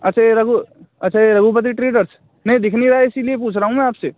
अच्छा यह रघु अच्छा यह रघुपति ट्रीडर्स नहीं दिख नी रहा इसीलिए मैं पूछ रहा हूँ आपसे